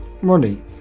money